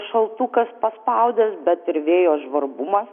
šaltukas paspaudęs bet ir vėjo žvarbumas